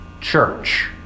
Church